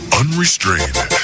unrestrained